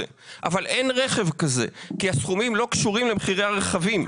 אבל אין רכב כזה כי הסכומים לא קשורים למחירי הרכבים.